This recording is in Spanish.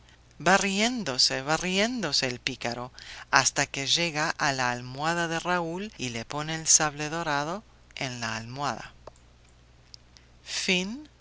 riéndose va riéndose el pícaro hasta que llega a la almohada de raúl y le pone el sable dorado en la almohada